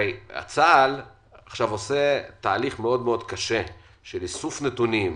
צה"ל עושה תהליך מאוד קשה של איסוף נתונים,